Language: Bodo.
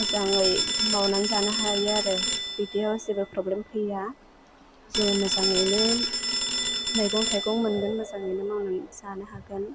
मोजाङै मावनानै जानो हायो आरो बिदियाव जेबो प्रब्लेम फैया जों मोजाङैनो मैगं थाइगं मोनगोन मोजाङैनो मावनानै जानो हागोन